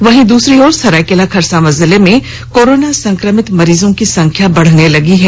वहीं दूसरी और सरायकेला खरसांवां जिले में कोरोना संक्रमित मरीजों की संख्या बढ़ने लगी है